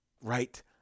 right